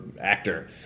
actor